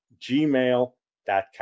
gmail.com